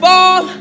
Fall